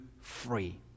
free